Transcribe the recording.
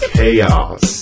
Chaos